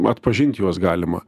atpažint juos galima